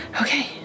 Okay